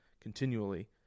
continually